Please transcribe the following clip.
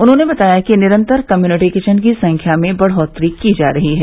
उन्होंने बताया कि निरन्तर कम्युनिटी किचन की संख्या में बढ़ोत्तरी की जा रही है